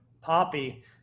Poppy